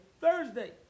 Thursday